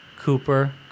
Cooper